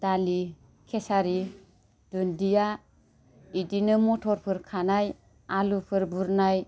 दालि केसारि दुन्दिया इदिनो मथरफोर खानाय आलुफोर बुरनाय